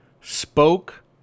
spoke